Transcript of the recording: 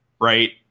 right